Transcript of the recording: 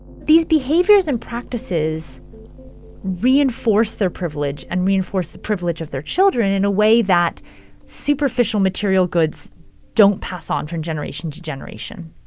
these behaviors and practices reinforce their privilege and reinforce the privilege of their children in a way that superficial material goods don't pass on from generation to generation.